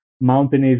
Mountainous